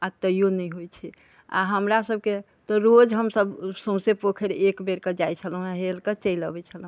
आ तैयो नहि होइ छै आ हमरासबके तऽ रोज हमसब सौसे पोखरि एकबेर कऽ जाइ छलहुॅं हेल कऽ चलि अबै छलहुॅं